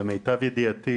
למיטב ידיעתי,